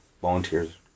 volunteers